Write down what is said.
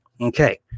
Okay